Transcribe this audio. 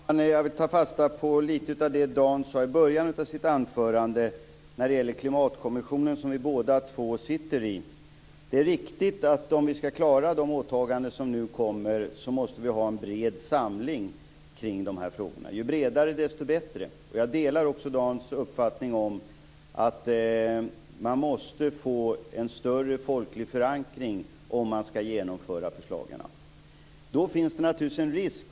Herr talman! Jag vill ta fasta på lite av det som Dan Ericsson sade i början av sitt anförande när det gäller Klimatkommittén, som vi båda två sitter i. Det är riktigt att vi, om vi ska klara de åtaganden som nu kommer, måste ha en bred samling kring de här frågorna - ju bredare desto bättre. Jag delar också Dan Ericssons uppfattning att man måste få en större folklig förankring om man ska genomföra förslagen. Då finns det naturligtvis en risk.